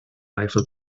eiffel